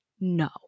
No